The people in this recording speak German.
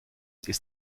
ist